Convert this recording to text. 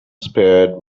spared